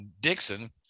Dixon